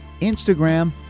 Instagram